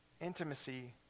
intimacy